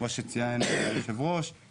כמו שציין היושב-ראש,